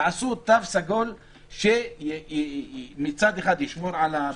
תעשו תו סגול שמצד אחד ישמור על הבריאות